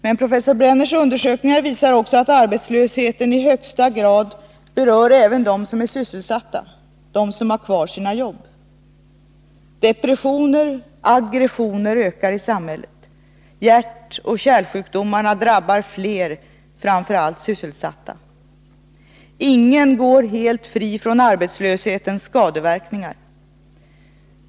Men professor Brenners undersökningar visar också att arbetslösheten i högsta grad berör även dem som är sysselsatta — de som har kvar sina jobb. Depressioner, aggressioner ökar i samhället. Hjärtoch kärlsjukdomarna drabbar fler, framför allt sysselsatta. Ingen går helt fri från arbetslöshetens skadeverkningar.